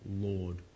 Lord